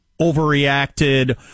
overreacted